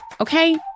Okay